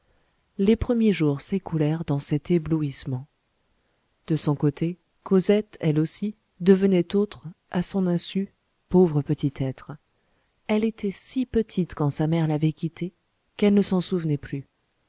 les premiers jours s'écoulèrent dans cet éblouissement de son côté cosette elle aussi devenait autre à son insu pauvre petit être elle était si petite quand sa mère l'avait quittée qu'elle ne s'en souvenait plus